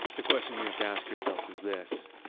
the question you have to ask yourself is this,